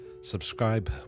Subscribe